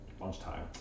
lunchtime